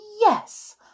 Yes